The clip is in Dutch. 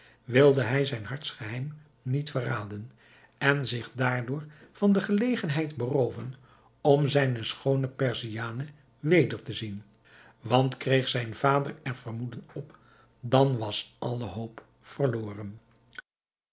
wilde hij zijn hartsgeheim niet verraden en zich daardoor van de gelegenheid berooven om zijne schoone perziane weder te zien want kreeg zijn vader er vermoeden op dan was alle hoop verloren